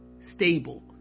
stable